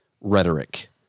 rhetoric